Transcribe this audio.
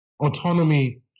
autonomy